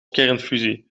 kernfusie